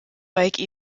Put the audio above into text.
bike